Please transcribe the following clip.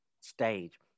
stage